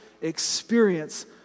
experience